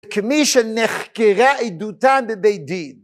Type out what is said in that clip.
כמי שנחקרה עידותם בבית דין